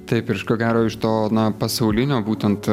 taip ir iš ko gero iš to na pasaulinio būtent